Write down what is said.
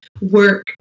work